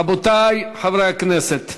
רבותי חברי הכנסת,